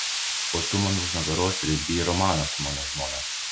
o tu man už nugaros rezgei romaną su mano žmona